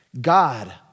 God